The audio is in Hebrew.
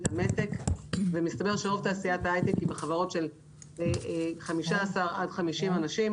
ומסתבר שרוב תעשיית ההייטק היא בחברות של 15 עד 50 אנשים